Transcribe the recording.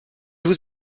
vous